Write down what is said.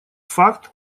факт